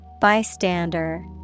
Bystander